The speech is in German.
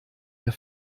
der